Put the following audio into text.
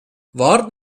warte